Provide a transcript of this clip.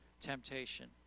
temptation